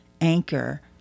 Anchor